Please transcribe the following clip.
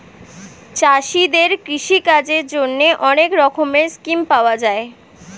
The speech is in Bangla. চাষীদের কৃষি কাজের জন্যে অনেক রকমের স্কিম পাওয়া যায়